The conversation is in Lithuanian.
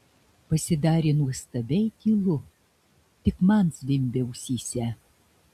pasidarė nuostabiai tylu tik man zvimbė ausyse